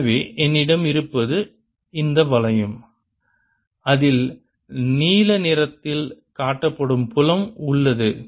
எனவே என்னிடம் இருப்பது இந்த வளையம் அதில் நீல நிறத்தால் காட்டப்படும் புலம் உள்ளது